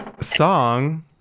Song